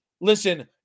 Listen